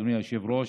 אדוני היושב-ראש.